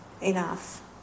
enough